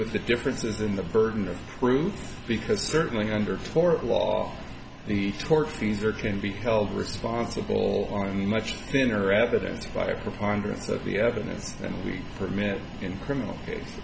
with the differences in the burden of proof because certainly under for law the tortfeasor can be held responsible i mean much thinner evidence by a preponderance of the evidence and we permit in criminal case